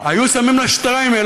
היו שמים לה שטריימל,